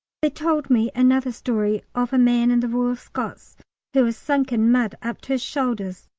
they told me another story of a man in the royal scots who was sunk in mud up to his shoulders,